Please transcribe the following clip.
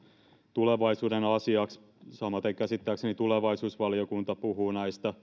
tulevaisuuden asiaksi samaten käsittääkseni tulevaisuusvaliokunta puhuu näistä